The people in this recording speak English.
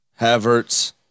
Havertz